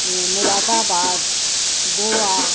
मुरादा बाद गोवा